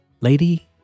Lady